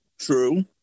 True